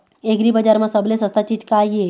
एग्रीबजार म सबले सस्ता चीज का ये?